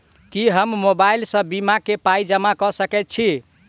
की हम मोबाइल सअ बीमा केँ पाई जमा कऽ सकैत छी?